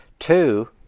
Two